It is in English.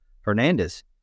Hernandez